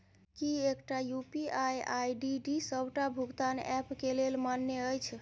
की एकटा UPI ID D सबटा भुगतान ऐप केँ लेल मान्य अछि?